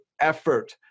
effort